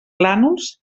plànols